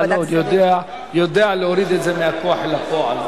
השר כחלון יודע להוריד את זה מהכוח אל הפועל.